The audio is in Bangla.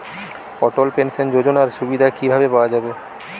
অটল পেনশন যোজনার সুবিধা কি ভাবে পাওয়া যাবে?